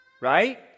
right